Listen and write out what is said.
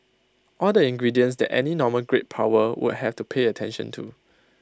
all the ingredients that any normal great power would have to pay attention to